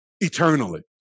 eternally